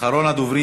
באפס אחד גדול,